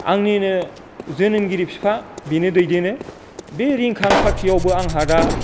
आंनिनो जोनोमगिरि बिफा बिनो दैदेनो बे रिंखां पार्टिआवबो आंहा दा